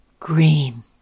green